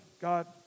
God